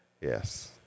Yes